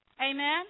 amen